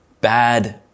bad